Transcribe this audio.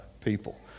people